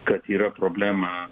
kad yra problema